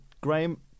Graham